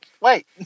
Wait